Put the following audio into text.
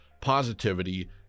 positivity